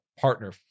partner